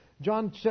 John